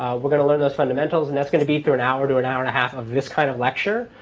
we're going to learn those fundamentals, and that's going to be through an hour to an hour and a half of this kind of lecture.